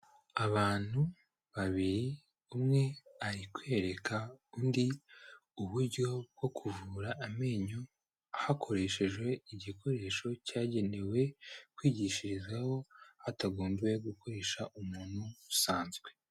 Abantu babiri, umwe ari kwereka undi uburyo bwo kuvura amenyo hakoreshejwe igikoresho cyagenewe kwigishirizaho hatagombye gukoresha umuntu usanzwe.